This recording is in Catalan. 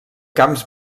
camps